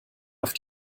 auf